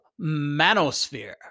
Manosphere